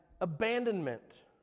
abandonment